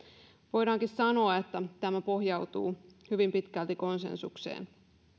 voidaankin sanoa että tämä pohjautuu hyvin pitkälti konsensukseen